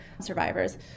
survivors